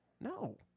No